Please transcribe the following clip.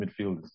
midfielders